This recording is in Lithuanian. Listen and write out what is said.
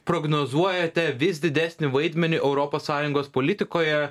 prognozuojate vis didesnį vaidmenį europos sąjungos politikoje